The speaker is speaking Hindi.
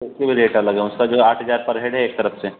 उसके भी रेट अलग हैं उसका जो है आठ हज़ार पर हेड है एक तरफ से